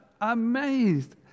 amazed